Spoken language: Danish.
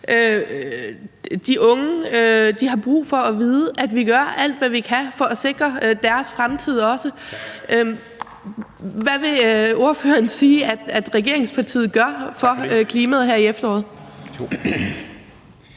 De unge har brug for at vide, at vi gør alt, hvad vi kan, for også at sikre deres fremtid. Derfor vil jeg gerne spørge: Hvad vil ordføreren sige at regeringspartiet gør for klimaet her i efteråret?